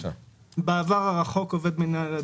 בעבר הרחוק עובד מינהל הדלק,